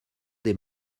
des